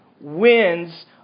wins